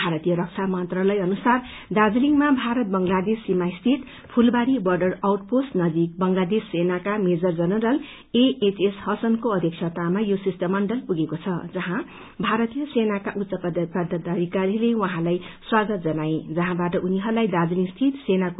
भारतीय रक्षा मंत्रालय अनुसार दार्जीलिङमा भारत बंगलादेश सीमा स्थित फूलवारी बोडर आउटपोस्ट नजीक बंगलादेश सेनाका मेजर जनरल एएचएस हसनको अध्यक्षतामा यो शिष्टमण्डल पुगेको छ जहाँ भारतीय सेनाका उच्चपदाधिकारीहरूले उनीहरूलाई स्वागत जनाए जहाँबाट उनीहरूलाई दार्जीलिङ स्थित सेनाके